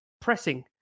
pressing